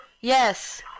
Yes